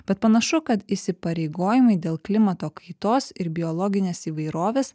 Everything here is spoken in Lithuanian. bet panašu kad įsipareigojimai dėl klimato kaitos ir biologinės įvairovės